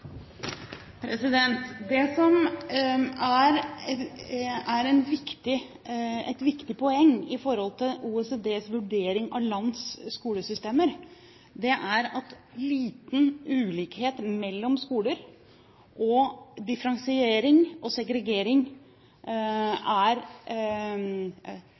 Det som er et viktig poeng i forhold til OECDs vurdering av lands skolesystemer, er at stor ulikhet mellom skoler og differensiering og segregering